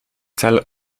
cel